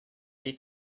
die